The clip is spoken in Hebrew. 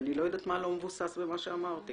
ואני לא יודעת מה לא מבוסס במה שאמרתי.